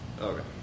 okay